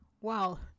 wow